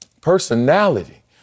Personality